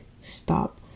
Stop